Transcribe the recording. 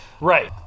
right